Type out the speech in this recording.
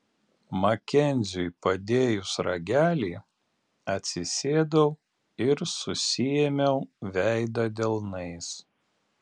makenziui padėjus ragelį atsisėdau ir susiėmiau veidą delnais